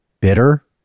bitter